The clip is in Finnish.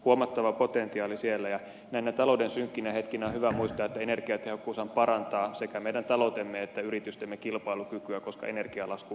huomattava potentiaali on siellä ja näinä talouden synkkinä hetkinä on hyvä muistaa että energiatehokkuushan parantaa sekä meidän taloutemme että yritystemme kilpailukykyä koska energialasku pienenee